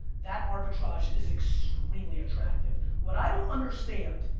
that arbitrage is extremely attractive. what i don't understand